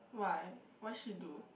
why what she do